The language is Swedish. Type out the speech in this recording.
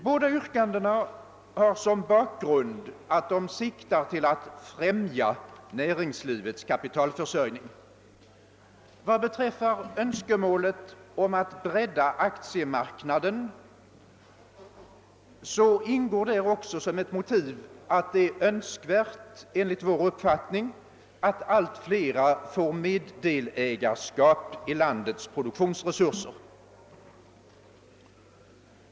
Båda yrkandena siktar till att främja näringslivets kapitalförsörjning. Ett av motiven bakom önskemålet om en breddad aktiemarknad är också att det är önskvärt att allt flera får meddelägarskap i landets produktionsresurser.